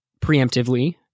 preemptively